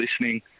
listening